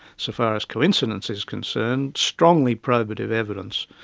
so far as coincidence is concerned, strongly probative evidence.